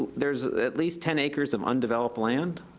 there's at least ten acres of undeveloped land.